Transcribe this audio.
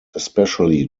especially